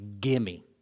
gimme